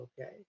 okay